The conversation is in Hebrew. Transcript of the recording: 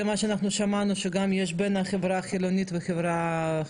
זה מה שאנחנו שמענו שיש בין החברה החילונית לחברה החרדית.